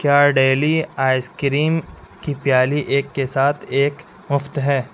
کیا daily ice cream کی پیالی ایک کے ساتھ ایک مفت ہے